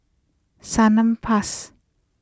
Salonpas